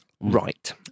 Right